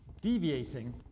deviating